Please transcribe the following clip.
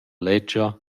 ledscha